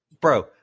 Bro